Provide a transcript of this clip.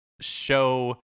show